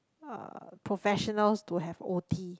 uh professionals to have O_T